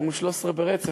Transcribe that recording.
אומרים 13 ברצף,